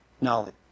knowledge